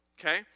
Okay